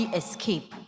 escape